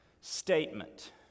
statement